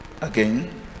again